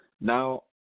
Now